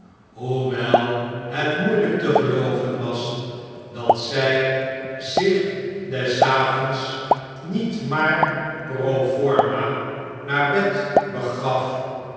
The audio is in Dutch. hoewel het moeielijk te gelooven was dat zij zich des avonds niet maar pro forma naar bed begaf